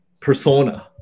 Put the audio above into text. persona